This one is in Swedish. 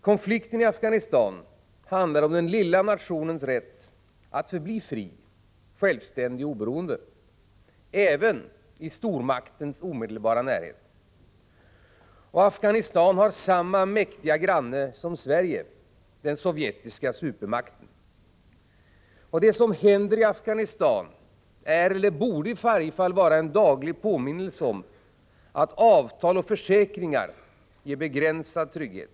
Konflikten i Afghanistan handlar om den lilla nationens rätt att förbli fri, självständig och oberoende, även i stormaktens omedelbara närhet. Och Afghanistan har samma mäktiga granne som Sverige, den sovjetiska supermakten. Det som händer i Afghanistan är eller borde i varje fall vara en daglig påminnelse för oss att avtal och försäkringar ger begränsad trygghet.